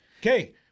Okay